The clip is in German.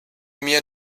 mir